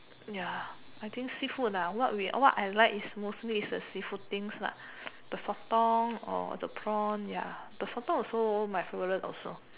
ya I think seafood lah what we what I like is mostly is the seafood things lah the sotong or the prawn ya the sotong also my favourite also